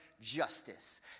justice